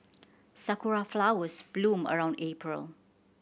sakura flowers bloom around April